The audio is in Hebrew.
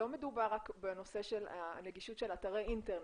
לא מדובר רק בנגישות של אתרי אינטרנט,